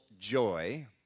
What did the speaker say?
joy